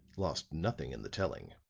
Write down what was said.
lost nothing in the telling.